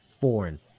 foreign